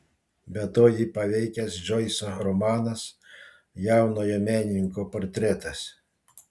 be to jį paveikęs džoiso romanas jaunojo menininko portretas